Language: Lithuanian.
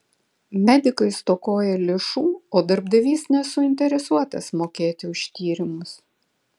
medikai stokoja lėšų o darbdavys nesuinteresuotas mokėti už tyrimus